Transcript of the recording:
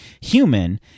human